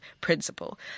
principle